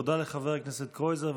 תודה לחבר הכנסת קרויזר.